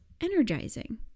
energizing